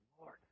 Lord